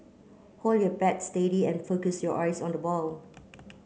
hold your bat steady and focus your eyes on the ball